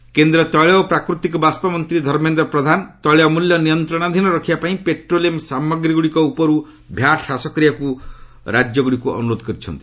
ପ୍ରଧାନ କେନ୍ଦ୍ର ତୈଳ ଓ ପ୍ରାକୃତିକ ବାଷ୍କମନ୍ତ୍ରୀ ଧର୍ମେନ୍ଦ୍ର ପ୍ରଧାନ ତୈଳ ମୂଲ୍ୟ ନିୟନ୍ତଣାଧୀନ ରଖିବାପାଇଁ ପେଟ୍ରୋଲିୟମ୍ ସାମଗ୍ରୀଗୁଡ଼ିକ ଉପରୁ ଭ୍ୟାଟ୍ ହ୍ରାସ କରିବାକୁ ରାଜ୍ୟଗୁଡ଼ିକୁ ଅନୁରୋଧ କରିଛନ୍ତି